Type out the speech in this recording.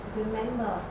remember